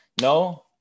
No